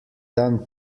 dan